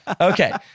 Okay